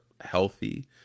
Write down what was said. healthy